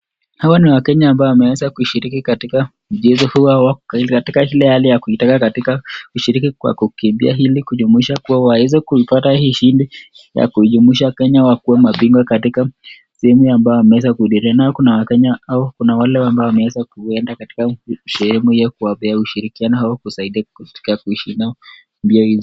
Hawa ni Wakenya ambao wameweza kushiriki katika mchezo huu au wako katika ile hali ya kutaka kushikiriki kukimbia ili kujumuisha kuwa waweze kuipata hii ushindi ya kujumuisha Kenya wakue mabingwa katika sehemu ambayo wameweza kuhudhuria. Nao kuna wakenya na ambao wameweza kuenda katika sehemu hio kuwapea ushirikiano au kusaidia katika kushinda mbio hizo.